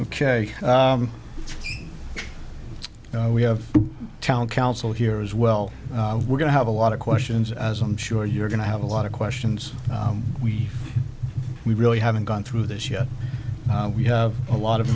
i'm ok we have town council here as well we're going to have a lot of questions as i'm sure you're going to have a lot of questions we we really haven't gone through this yet we have a lot of